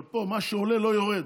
אבל פה מה שעולה לא יורד.